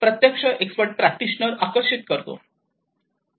प्रत्यक्ष expert practitioner आकर्षित करतो